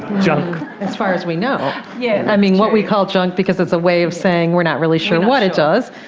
as far as we know. yeah i mean, what we call junk because it's a way of saying we're not really sure what it does,